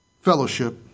Fellowship